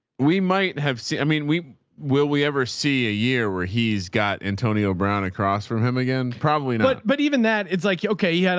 we might have seen, i mean, we will, we ever see a year where he's got antonio brown across from him again. probably not. but even that it's like, okay, yeah